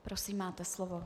Prosím, máte slovo.